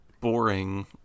boring